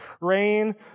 Rain